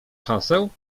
haseł